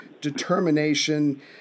determination